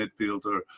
midfielder